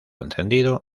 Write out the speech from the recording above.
encendido